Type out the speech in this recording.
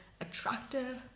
attractive